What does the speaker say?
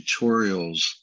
tutorials